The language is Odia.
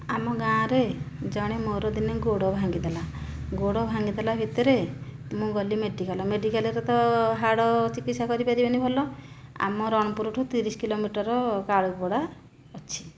ଆମ ଗାଁରେ ଜଣେ ମୋର ଦିନେ ଗୋଡ଼ ଭାଙ୍ଗିଦେଲା ଗୋଡ଼ ଭାଙ୍ଗିଦେଲା ଭିତରେ ମୁଁ ଗଲି ମେଡ଼ିକାଲ ମେଡ଼ିକାଲରେ ତ ହାଡ଼ ଚିକିତ୍ସା କରିପାରିବେନି ଭଲ ଆମ ରଣପୁର ଠାରୁ ତିରିଶ କିଲୋମିଟର କାଳୁପଡ଼ା ଅଛି